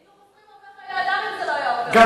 היינו חוסכים הרבה חיי אדם אם זה לא היה עובר.